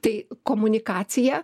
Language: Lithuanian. tai komunikacija